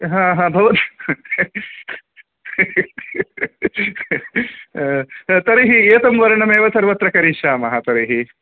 ह ह भवद् ह तर्हि एतं वर्णमेव सर्वत्र करिष्यामः तर्हि